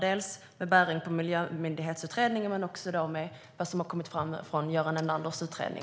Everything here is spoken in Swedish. Det gäller dels med bäring på Miljömyndighetsutredningen, dels vad som har kommit fram av Göran Enanders utredning.